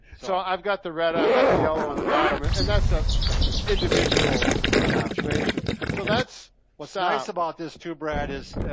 so i've got the red, i've got the yellow on the bottom. and that's a individual situation. so that's what's ah nice about this tube brad is,